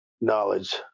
knowledge